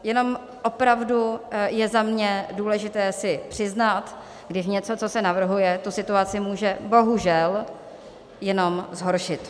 Jenom opravdu je za mě důležité si přiznat, když něco, co se navrhuje, tu situaci může bohužel jenom zhoršit.